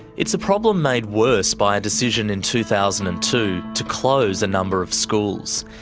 it's a problem made worse by a decision in two thousand and two to close a number of schools.